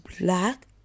black